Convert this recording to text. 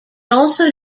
also